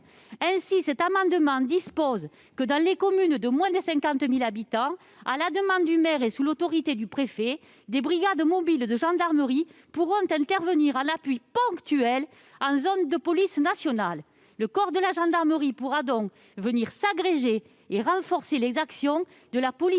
Ainsi, cet amendement prévoit que, dans les communes de moins de 50 000 habitants, à la demande du maire et sous l'autorité du préfet, des brigades mobiles de gendarmerie pourront intervenir en appui ponctuel en zone de police nationale. Les unités de gendarmerie pourront donc venir s'agréger à la police nationale